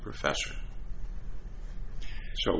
professors so